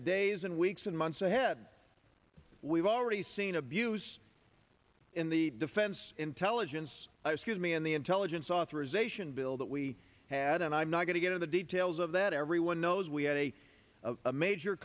the days and weeks and months ahead we've already seen abuse in the defense intelligence i refuse me in the intelligence authorization bill that we had and i'm not going to give the details of that everyone knows we had a of a major